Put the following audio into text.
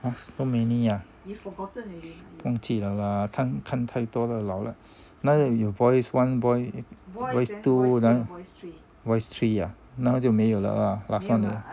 !huh! so many ah 忘记了啦看看太多了老了那个有 voice one voice two then voice three ah now 就没有了 last one